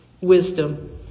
wisdom